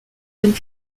and